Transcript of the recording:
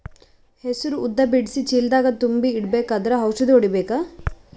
ಹೆಸರು ಉದ್ದ ಬಿಡಿಸಿ ಚೀಲ ದಾಗ್ ತುಂಬಿ ಇಡ್ಬೇಕಾದ್ರ ಔಷದ ಹೊಡಿಬೇಕ?